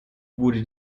wurde